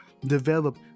develop